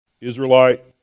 Israelite